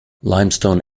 limestone